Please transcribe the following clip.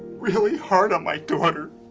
really hard on my daughter.